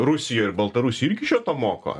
rusijoj ir baltarusijoj irgi šio to moko